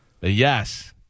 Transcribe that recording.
Yes